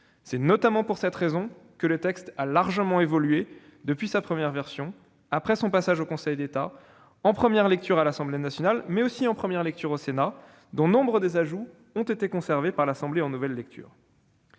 C'est notamment pour cette raison que le texte a largement évolué par rapport à sa première version, après son passage au Conseil d'État et en première lecture à l'Assemblée nationale, mais aussi en première lecture au Sénat, dont nombre des ajouts ont été conservés par les députés en nouvelle lecture.